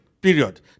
period